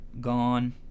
gone